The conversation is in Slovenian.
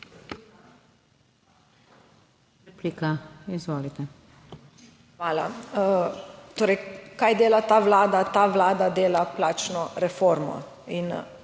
Hvala. Torej kaj dela ta Vlada? Ta Vlada dela plačno reformo